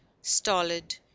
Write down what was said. stolid